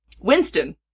Winston